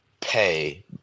pay